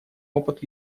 опыт